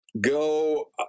go